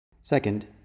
Second